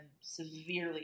severely